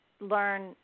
learn